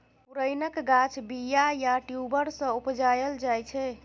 पुरैणक गाछ बीया या ट्युबर सँ उपजाएल जाइ छै